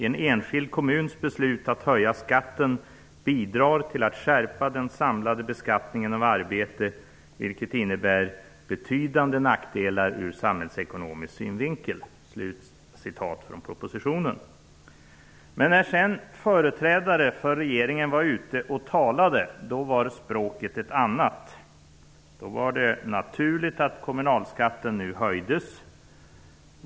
En enskild kommuns beslut att höja skatten bidrar till att skärpa den samlade beskattningen av arbete, vilket innebär betydande nackdelar ur samhällsekonomisk synvinkel. Men när sedan företrädare för regeringen var ute och talade var språket ett annat. Då var det naturligt att kommunalskatten nu höjdes.